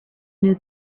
new